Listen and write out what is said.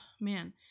man